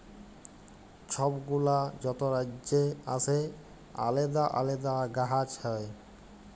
ছব গুলা যত রাজ্যে আসে আলেদা আলেদা গাহাচ হ্যয়